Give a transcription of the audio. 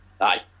Aye